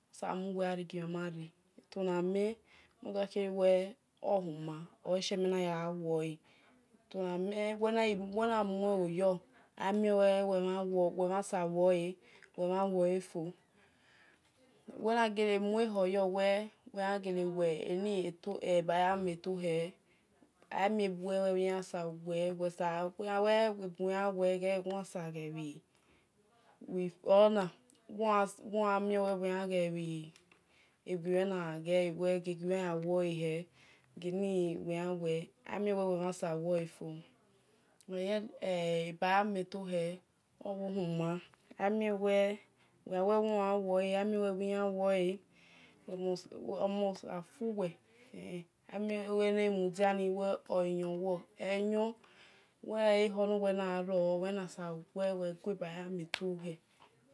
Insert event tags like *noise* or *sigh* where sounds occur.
Samhuwe gharie gio maria etona mel medokere weghe ohuma oleshie menado do yagha wole eto namel wel na mueloyor amiewe-wemhan sabor luole wel mhan woefo wel gha gele mue khor yor wel-wel yan gele lue baya mel tohel *unintelligible* *unintelligible* ebaya-metohel owo humai amie wel wel gha wel wor yan luole amie woyan woe amie wil yan wole omusua fuwel abhe ni mudiani oleyon bhor e wel oyor ekhor norwel nagha ror oluwel yan na subor gue ba ya metohel.